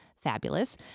fabulous